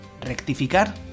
rectificar